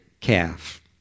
calf